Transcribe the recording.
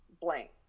blank